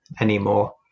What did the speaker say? anymore